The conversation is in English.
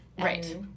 Right